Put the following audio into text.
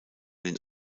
den